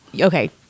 Okay